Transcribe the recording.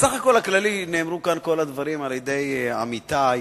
בסך הכול הכללי נאמרו כאן כל הדברים על-ידי עמיתי.